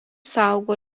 saugo